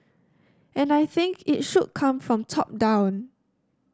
and I think it should come from top down